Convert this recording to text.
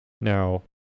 Now